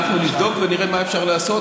אנחנו נבדוק ונראה מה אפשר לעשות.